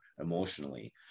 emotionally